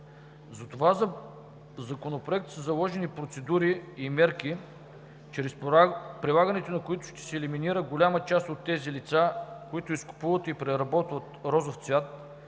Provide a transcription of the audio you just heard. Затова в Законопроекта са заложени процедури и мерки, чрез прилагането на които ще се елиминира голяма част от тези лица, които изкупуват и преработват розов цвят,